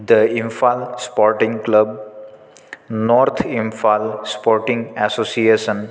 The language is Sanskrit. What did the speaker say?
the Imphal sporting club north Imphal sporting association